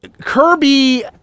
Kirby